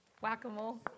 Whack-a-mole